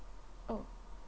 oh